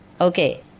Okay